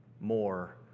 more